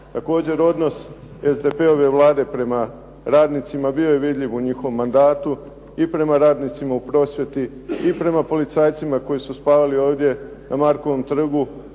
Također odnos SDP-ove Vlade prema radnicima bio je vidljiv u njihovom mandatu, i prema radnicima u prosvjeti, i prema policajcima koji su spavali ovdje na Markovom trgu,